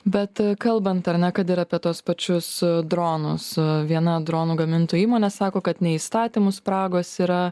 bet kalbant ar ne kad ir apie tuos pačius dronus viena dronų gamintojų įmonė sako kad ne įstatymų spragos yra